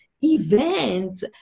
events